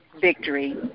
victory